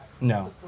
No